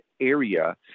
area